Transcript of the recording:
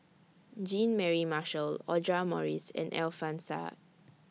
Jean Mary Marshall Audra Morrice and Alfian Sa'at